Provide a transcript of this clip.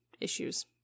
issues